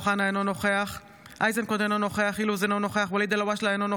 אינו נוכח אמיר אוחנה,